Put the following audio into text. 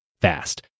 fast